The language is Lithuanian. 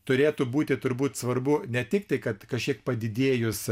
turėtų būti turbūt svarbu ne tik tai kad kažkiek padidėjus